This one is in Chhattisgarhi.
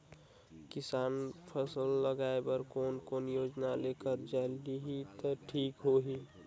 किसान फसल लगाय बर कोने कोने योजना ले कर्जा लिही त ठीक होही ग?